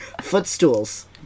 Footstools